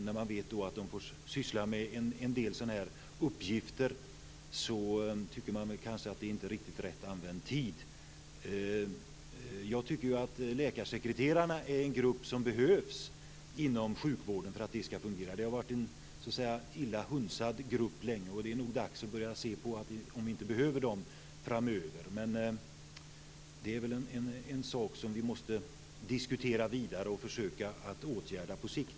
När man då vet att läkarna får syssla med en del sådana uppgifter kan man tycka att det inte är riktigt rätt använd tid. Läkarsekreterarna är en grupp som behövs inom sjukvården. Det har varit en länge illa hunsad grupp. Det är dags att se om inte de behövs framöver. Det är väl en sak vi måste diskutera vidare och försöka åtgärda på sikt.